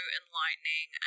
enlightening